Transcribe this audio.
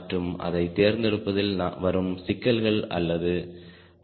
மற்றும் அதை தேர்ந்தெடுப்பதில் வரும் சிக்கல்கள் அல்லது